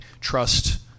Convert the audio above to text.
trust